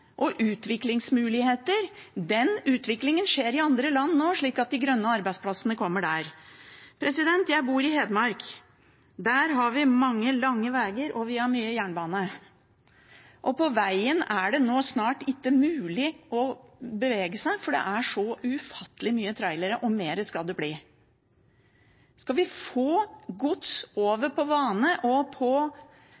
og utviklingsmuligheter. Den utviklingen skjer nå i andre land, slik at de grønne arbeidsplassene kommer der. Jeg bor i Hedmark. Der har vi mange lange veger, og vi har mye jernbane. På vegen er det nå snart ikke mulig å bevege seg, for det er så ufattelig mange trailere, og flere skal det bli. Skal vi få gods